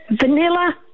Vanilla